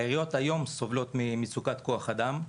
העיריות היום סובלות ממצוקת כוח אדם.